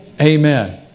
Amen